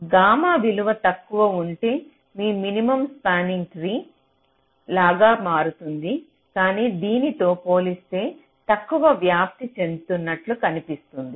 gamma విలువ తక్కువ ఉంటే ఈ మినిమం స్పానింగ్ ట్రీ లాగా మారుతుంది కానీ దీనితో పోలిస్తే తక్కువ వ్యాప్తి చెందుతున్నట్లు కనిపిస్తుంది